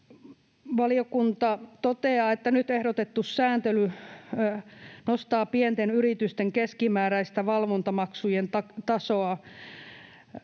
Valiokunta toteaa, että nyt ehdotettu sääntely nostaa pienten yritysten keskimääräistä valvontamaksujen tasoa